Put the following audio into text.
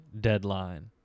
deadline